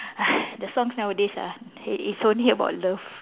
the songs nowadays ah it it's only about love